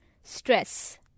Stress